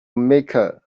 mecca